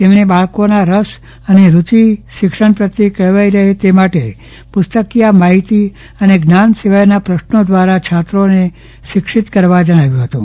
તેમણે બાળકોના રસ અને રૂચિ શિક્ષણ પ્રત્યે કેળવાઈ રહે તે માટે પુસ્તકીયા માહિતી અને જ્ઞાન સિવાયના પ્રશ્નો દ્રારા છાત્રોને શિક્ષિત કરવા જણાવ્યુ હતું